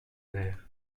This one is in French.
airs